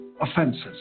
offenses